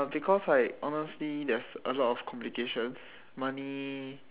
but because like honestly there's a lot of complications money